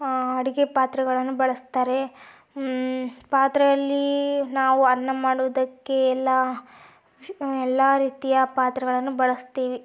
ಅಡುಗೆ ಪಾತ್ರೆಗಳನ್ನು ಬಳಸ್ತಾರೆ ಪಾತ್ರೆಯಲ್ಲಿ ನಾವು ಅನ್ನ ಮಾಡೋದಕ್ಕೆ ಎಲ್ಲ ಎಲ್ಲ ರೀತಿಯ ಪಾತ್ರೆಗಳನ್ನು ಬಳಸ್ತೀವಿ